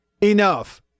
enough